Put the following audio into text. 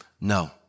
no